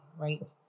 right